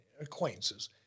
acquaintances